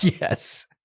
yes